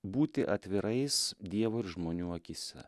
būti atvirais dievo ir žmonių akyse